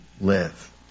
live